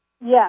Yes